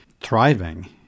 thriving